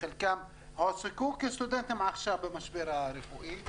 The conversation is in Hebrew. חלקם הועסקו כסטודנטים עכשיו במשבר הרפואי,